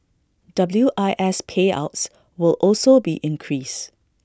W I S payouts will also be increased